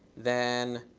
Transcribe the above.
then